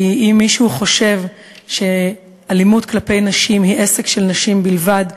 כי אם מישהו חושב שאלימות כלפי נשים היא עסק של נשים בלבד,